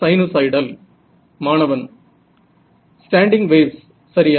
sinusoidal மாணவன் standing waves சரியா